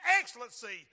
excellency